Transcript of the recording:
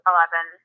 Eleven